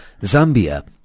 Zambia